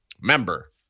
Member